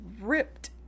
ripped